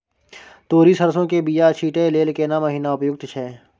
तोरी, सरसो के बीया छींटै लेल केना महीना उपयुक्त छै?